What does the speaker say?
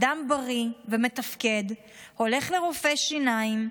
אדם בריא ומתפקד הולך לרופא שיניים,